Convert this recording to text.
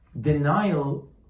denial